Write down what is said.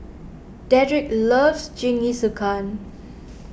Dedrick loves Jingisukan